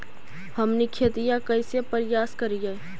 हमनी खेतीया कइसे परियास करियय?